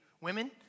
Women